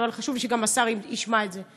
אבל חשוב לי שגם השר ישמע את זה.